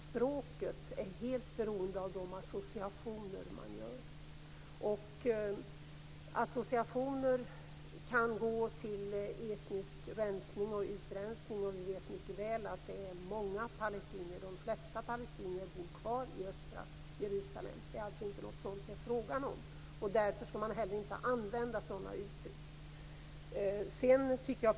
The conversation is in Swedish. Språket är helt beroende av de associationer man gör. Associationerna kan gå till etnisk utrensning. Vi vet mycket väl att de flesta palestinier bor kvar i östra Jerusalem. Det är inte fråga om något sådant. Därför skall inte heller sådana uttryck användas.